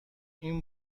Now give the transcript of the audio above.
این